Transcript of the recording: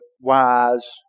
wise